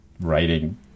writing